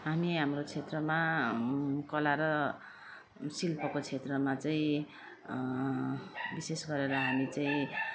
हामी हाम्रो क्षेत्रमा कला र शिल्पको क्षेत्रमा चाहिँ विशेष गरेर हामी चाहिँ